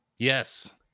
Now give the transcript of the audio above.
Yes